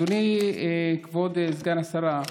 כבוד סגן השרה,